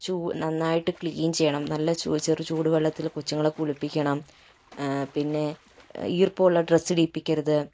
നന്നായിട്ട് ക്ലീൻ ചെയ്യണം നല്ല ചെറു ചൂട് വെള്ളത്തില് കൊച്ചുങ്ങളെ കുളിപ്പിക്കണം പിന്നെ ഈർപ്പമുളള ഡ്രസ്സ് ഉടുപ്പിക്കരുത്